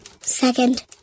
Second